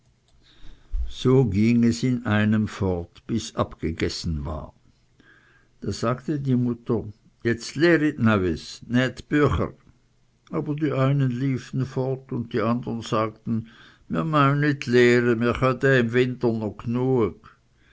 so ging es in einem fort bis abgegessen war da sagte die mutter jetzt lehrit neuis nät dbücher aber die einen liefen fort und die andern sagten mr meu nit